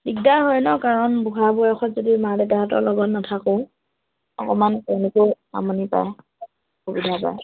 দিগদাৰ হয় ন কাৰণ বুঢ়া বয়সত যদি মা দেউতাহঁতৰ লগত নাথাকোঁ অকণমান তেনেকৈ আমনি পায় অসুবিধা পায়